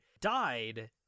died